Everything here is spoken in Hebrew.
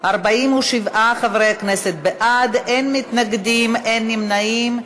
47 חברי כנסת בעד, אין מתנגדים ואין נמנעים.